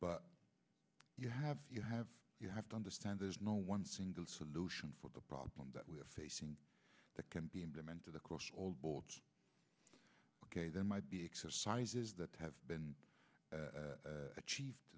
but you have you have you have to understand there is no one single solution for the problem that we are facing that can be implemented across all boards ok there might be exercises that have been achieved